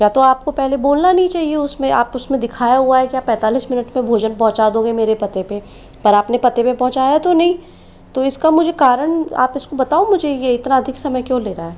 या तो आपको पहले बोलना नहीं चाहिए उसमें आप उस में दिखाया हुआ है के आप पैंतालीस मिनट में भोजन पहुँचा दोगे मेरे पते पे पर आपने पते पे पहुँचाया तो नहीं तो इसका मुझे कारण आप इसको बताओ मुझे ये इतना अधिक समय क्यों ले रहा है